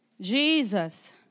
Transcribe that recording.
Jesus